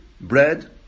bread